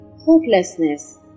hopelessness